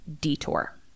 detour